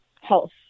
health